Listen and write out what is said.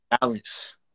balance